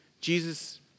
Jesus